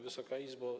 Wysoka Izbo!